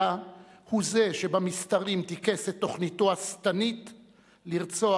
אלא הוא זה שבמסתרים טיכס את תוכניתו השטנית לרצוח,